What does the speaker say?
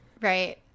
right